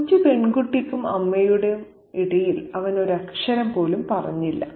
കൊച്ചു പെൺകുട്ടിക്കും അമ്മയ്ക്കും ഇടയിൽ അവൻ ഒരക്ഷരം പോലും പറഞ്ഞില്ല